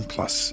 Plus